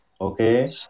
okay